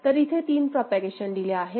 तर इथे तीन प्रोपागेशन डिले आहेत